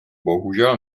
bohužel